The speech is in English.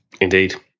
Indeed